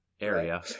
area